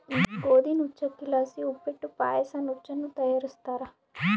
ಗೋದಿ ನುಚ್ಚಕ್ಕಿಲಾಸಿ ಉಪ್ಪಿಟ್ಟು ಪಾಯಸ ನುಚ್ಚನ್ನ ತಯಾರಿಸ್ತಾರ